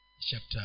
chapter